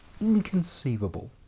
inconceivable